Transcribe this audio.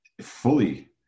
fully